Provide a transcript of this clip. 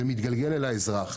זה מתגלגל אל האזרח.